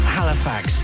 Halifax